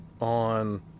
on